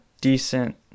decent